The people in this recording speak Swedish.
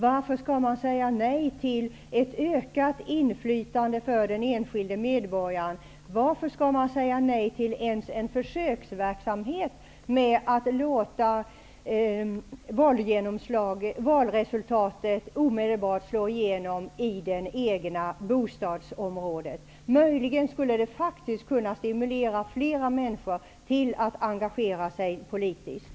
Varför skall man säga nej till ett ökat inflytande för den enskilda medborgaren? Varför skall man säga nej t.o.m. till en försöksverksamhet med att låta valresultatet omedelbart slå igenom i det egna bostadsområdet? Möjligen skulle detta kunna stimulera fler människor till att engagera sig politiskt.